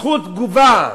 זכות תגובה,